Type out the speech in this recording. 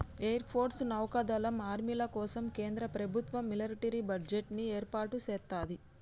air force, నౌకా దళం, ఆర్మీల కోసం కేంద్ర ప్రభుత్వం మిలిటరీ బడ్జెట్ ని ఏర్పాటు సేత్తది